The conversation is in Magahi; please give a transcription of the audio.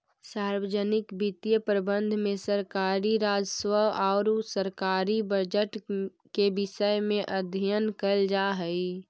सार्वजनिक वित्तीय प्रबंधन में सरकारी राजस्व आउ सरकारी बजट के विषय में अध्ययन कैल जा हइ